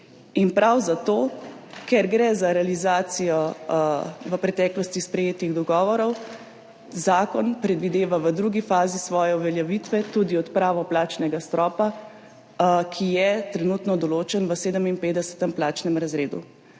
prav zato, ker gre za realizacijo v preteklosti sprejetih dogovorov, zakon predvideva v drugi fazi svoje uveljavitve tudi odpravo plačnega stropa, ki je trenutno določen v 57. plačnem razredu.